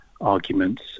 arguments